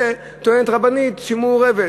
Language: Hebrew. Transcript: תהיה טוענת רבנית שמעורבת.